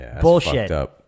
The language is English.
Bullshit